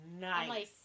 nice